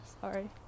sorry